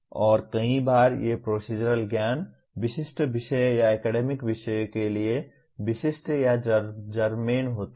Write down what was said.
और कई बार ये प्रोसीज़रल ज्ञान विशिष्ट विषय या ऐकडेमिक विषयों के लिए विशिष्ट या जर्मेन होते हैं